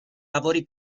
lavori